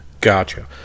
Gotcha